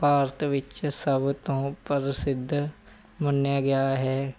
ਭਾਰਤ ਵਿੱਚ ਸਭ ਤੋਂ ਪ੍ਰਸਿੱਧ ਮੰਨਿਆ ਗਿਆ ਹੈ